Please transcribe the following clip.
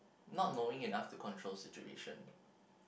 not knowing enough to control situation